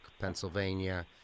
pennsylvania